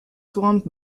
swamp